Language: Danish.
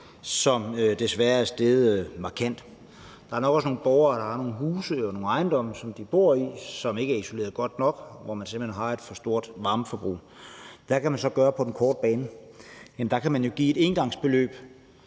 som desværre er steget markant i pris. Der er nok også nogle borgere, der har nogle huse og ejendomme, som de bor i, og som ikke er isoleret godt nok, og hvor man simpelt hen har et for stort varmeforbrug. Hvad kan man så gøre på den korte bane? Der kan man jo give et engangsbeløb.